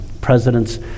president's